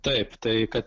taip tai kad